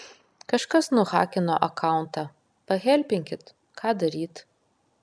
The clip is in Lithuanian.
kažkas nuhakino akauntą pahelpinkit ką daryt